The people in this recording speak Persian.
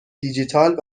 دیجیتال